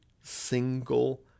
single